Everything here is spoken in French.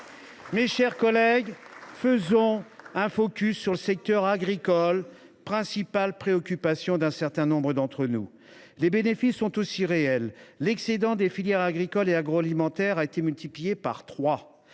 Mes chers collègues, faisons un focus sur le secteur agricole, principale préoccupation de nombre d’entre nous. Les bénéfices sont, là aussi, réels : l’excédent des filières agricoles et agroalimentaires a été multiplié par trois